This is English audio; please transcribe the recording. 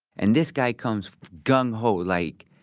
and this guy comes gung ho, like,